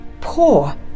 poor